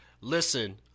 listen